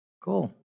cool